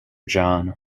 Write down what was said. john